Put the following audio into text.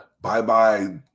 Bye-bye